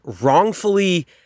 wrongfully